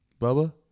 Bubba